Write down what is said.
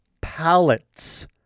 pallets